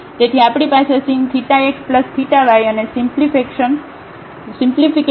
તેથી આપણી પાસે sin θx θ y અને સીમપલ્લીફિકેશન છે